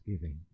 giving